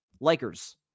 Lakers